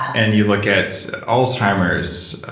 and you look at alzheimer's,